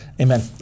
Amen